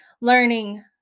learning